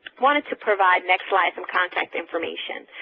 wanted to provide, next slide, some contact information,